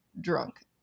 drunk